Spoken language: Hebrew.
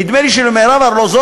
נדמה לי של מירב ארלוזורוב,